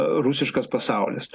rusiškas pasaulis